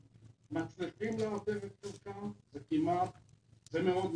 מצליחים לאתר את חולקם וזה מאוד קשה.